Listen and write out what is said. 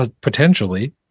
potentially